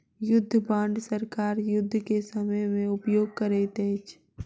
युद्ध बांड सरकार युद्ध के समय में उपयोग करैत अछि